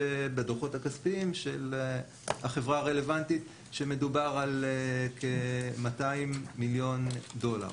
שבדוחות הכספיים של החברה הרלוונטית מדובר על כ-200 מיליון דולר.